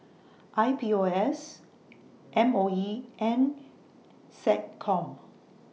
I P O S M O E and Seccom